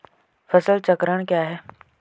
फसल चक्रण क्या है?